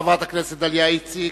חברת הכנסת דליה איציק,